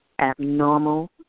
abnormal